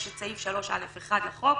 יש סעיף 3(א)1 לחוק